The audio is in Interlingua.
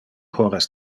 horas